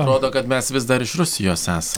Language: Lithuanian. atrodo kad mes vis dar iš rusijos esa